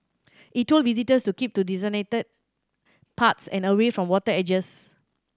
it told visitors to keep to designated paths and away from water edges